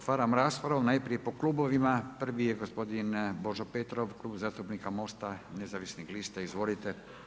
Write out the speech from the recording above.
Otvaram raspravu najprije po klubovima, prvi je gospodin Božo Petrov, Klub zastupnika MOST-a nezavisnih lista, izvolite.